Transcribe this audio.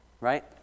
Right